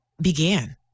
began